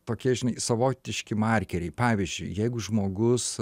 tokie savotiški markeriai pavyzdžiui jeigu žmogus